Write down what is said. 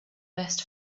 best